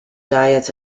diet